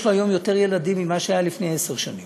יש לו היום יותר ילדים ממה שהיו לפני עשר שנים.